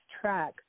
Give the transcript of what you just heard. track